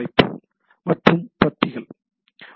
நேரம் பார்க்கவும் 0536 மற்றும் பத்தி உள்ளன